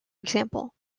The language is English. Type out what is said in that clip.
example